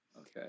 Okay